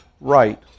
right